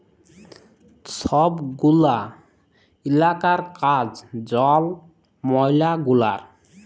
ছব গুলা ইলাকার কাজ জল, ময়লা গুলার